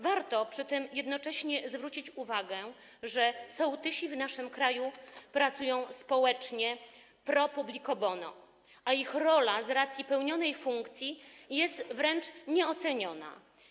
Warto przy tym jednocześnie zwrócić uwagę, że sołtysi w naszym kraju pracują społecznie, pro publico bono, a ich rola z racji pełnionej funkcji jest wręcz nieoceniona.